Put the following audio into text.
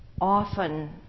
Often